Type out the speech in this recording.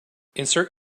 insert